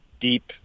deep